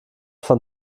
von